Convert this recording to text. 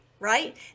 right